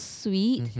sweet